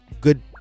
good